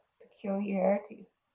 peculiarities